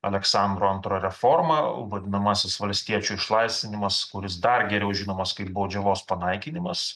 aleksandro antrojo reforma vadinamasis valstiečių išlaisvinimas kuris dar geriau žinomas kaip baudžiavos panaikinimas